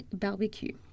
barbecue